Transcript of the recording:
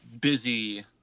busy